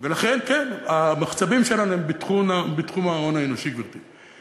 כן, המחצבים שלנו הם בתחום ההון האנושי, גברתי.